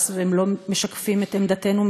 הם לא משקפים את עמדתנו,